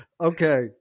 okay